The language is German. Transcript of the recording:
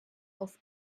auf